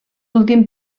últim